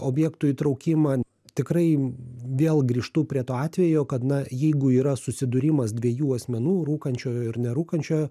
objektų įtraukimą tikrai vėl grįžtu prie to atvejo kad na jeigu yra susidūrimas dviejų asmenų rūkančiojo ir nerūkančiojo